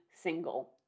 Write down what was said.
single